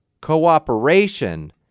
Cooperation